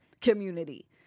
community